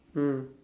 mm